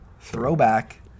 throwback